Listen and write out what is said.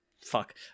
fuck